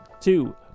Two